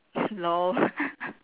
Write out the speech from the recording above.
lol